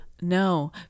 No